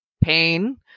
pain